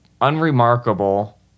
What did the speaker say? unremarkable